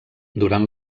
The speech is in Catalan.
durant